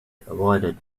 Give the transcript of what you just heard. avoided